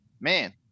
man